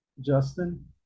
Justin